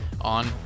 on